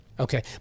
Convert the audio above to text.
Okay